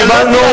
קיבלנו,